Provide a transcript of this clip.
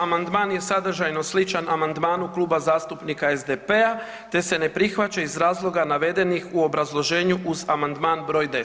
Amandman je sadržajno sličan amandmanu Kluba zastupnika SDP-a te se ne prihvaća iz razloga navedenih u obrazloženju uz amandman broj 10.